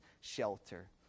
shelter